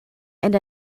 and